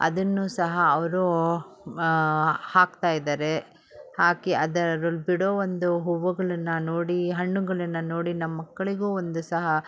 ಅದನ್ನು ಸಹ ಅವರು ಹಾಕ್ತಾಯಿದ್ದಾರೆ ಹಾಕಿ ಅದರಲ್ಲಿ ಬಿಡೋ ಒಂದು ಹೂವುಗಳನ್ನು ನೋಡಿ ಹಣ್ಣುಗಳನ್ನು ನೋಡಿ ನಮ್ಮಮಕ್ಕಳಿಗೂ ಒಂದು ಸಹ